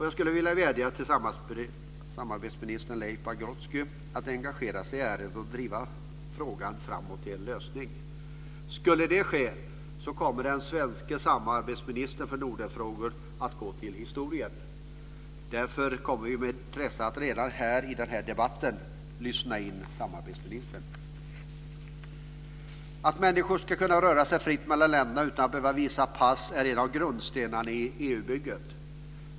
Jag skulle vilja vädja till samarbetsminister Leif Pagrotsky att engagera sig i ärendet och driva frågan fram till en lösning. Skulle det ske skulle den svenske samarbetsministern gå till historien. Därför kommer vi med intresse att redan här i den här debatten lyssna in samarbetsministern. Att människor ska kunna röra sig fritt mellan länderna utan att behöva pass är en av grundstenarna i EU-bygget.